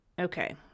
okay